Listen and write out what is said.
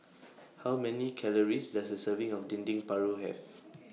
How Many Calories Does A Serving of Dendeng Paru Have